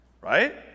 right